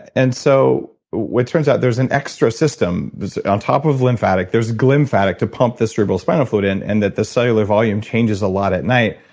and so it turns out there's an extra system on top of lymphatic. there's glymphatic to pump the cerebral spinal fluid in, and that the cellular volume changes a lot at night,